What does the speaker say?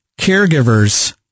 caregivers